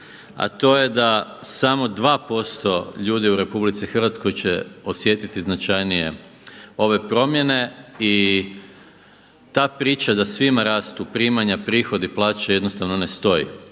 a to je da samo 2% ljudi u RH će osjetiti značajnije ove promjene i ta priča da svima rastu primanja, prihodi, plaće jednostavno ne stoji.